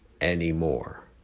anymore